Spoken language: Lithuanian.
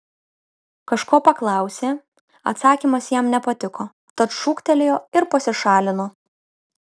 kažko paklausė atsakymas jam nepatiko tad šūktelėjo ir pasišalino